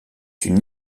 une